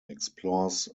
explores